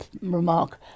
remark